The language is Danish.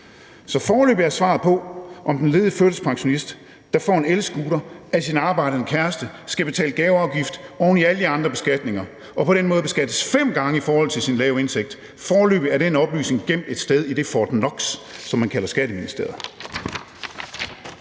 Så foreløbig er svaret på, om den ledige førtidspensionist, der får en elscooter af sin arbejdende kæreste, skal betale gaveafgift oven i alle de andre beskatninger og på den måde beskattes fem gange i forhold til sin lave indtægt, gemt et sted i det Fort Knox, som man kalder Skatteministeriet.